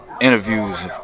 Interviews